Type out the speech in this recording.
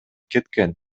кеткен